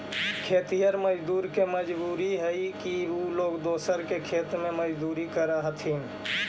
खेतिहर मजदूर के मजबूरी हई कि उ लोग दूसर के खेत में मजदूरी करऽ हथिन